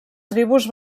tribus